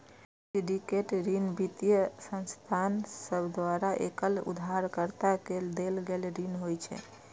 syndicate ऋण वित्तीय संस्थान सभ द्वारा एकल उधारकर्ता के देल गेल ऋण होइ छै